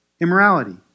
immorality